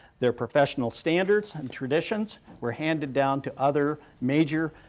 their professional standards and traditions were handed down to other major,